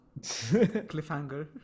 cliffhanger